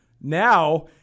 now